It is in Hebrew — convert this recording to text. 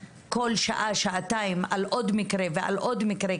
שעה שעתיים על עוד מקרה ועל עוד מקרה,